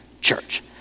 church